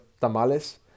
tamales